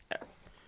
Yes